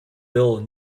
bill